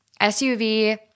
SUV